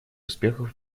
успехов